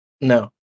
No